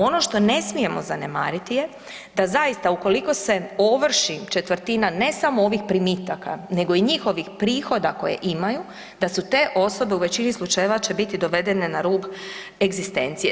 Ono što ne smijemo zanemariti je da zaista ukoliko se ovrši četvrtina ne samo ovih primitaka nego i njihovih prihoda koje imaju da su te osobe u većini slučajeva će biti dovedene na rub egzistencije.